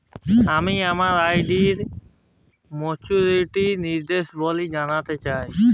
আমি আমার আর.ডি এর মাচুরিটি নির্দেশাবলী জানতে চাই